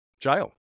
jail